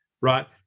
right